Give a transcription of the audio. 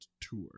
tour